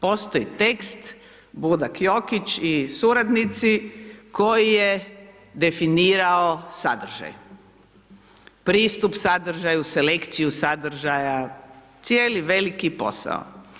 Postoji tekst Budak Jokić i suradnici koji je definirao sadržaj, pristup sadržaju, selekciji sadržaja, cijeli veliki posao.